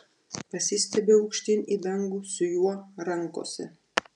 pasistiebiu aukštyn į dangų su juo rankose